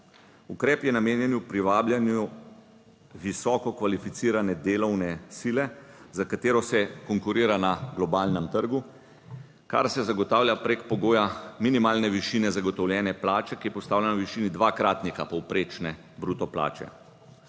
Ukrep je namenjen privabljanju visoko kvalificirane delovne sile, za katero se konkurira na globalnem trgu, kar se zagotavlja preko pogoja minimalne višine zagotovljene plače, ki je postavljena v višini dvakratnika povprečne bruto plače.